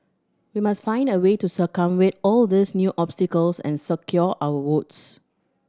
we must find a way to circumvent all these new obstacles and secure our votes